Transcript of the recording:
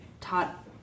taught